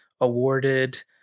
awarded